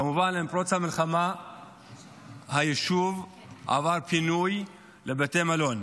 כמובן שעם פרוץ המלחמה היישוב עבר פינוי לבתי מלון.